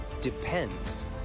depends